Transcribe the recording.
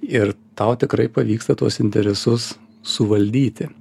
ir tau tikrai pavyksta tuos interesus suvaldyti